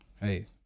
hey